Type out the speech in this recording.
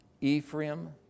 Ephraim